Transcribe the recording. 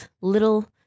little